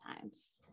times